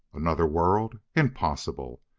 another world? impossible!